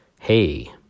Hey